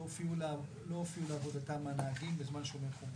הופיעו לעבודתם הנהגים בזמן "שומר חומות".